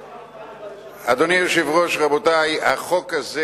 אדוני היושב-ראש, רבותי, החוק הזה,